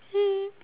mm